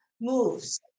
moves